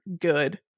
good